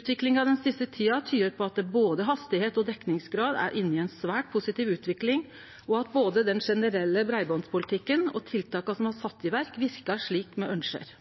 Utviklinga den siste tida tyder på at både hastigheit og dekningsgrad er inne i ei svært positiv utvikling, og at både den generelle breibandspolitikken og tiltaka som er sette i verk, verkar slik me ønskjer.